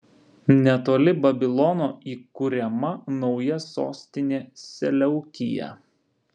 netoli babilono įkuriama nauja sostinė seleukija